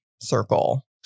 circle